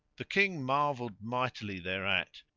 the king marvelled mightily thereat,